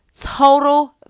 total